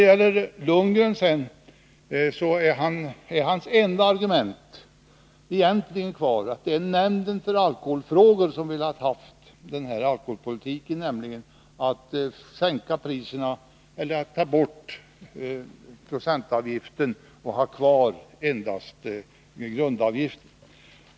Bo Lundgrens enda argument är egentligen att nämnden för alkoholfrågor har förordat den alkoholpolitik som går ut på att sänka eller ta bort procentavgiften på lättvin och ha kvar endast en grundavgift.